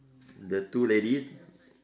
the two ladies